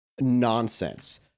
nonsense